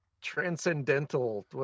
Transcendental